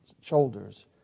shoulders